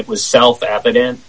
it was self evident